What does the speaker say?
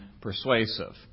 persuasive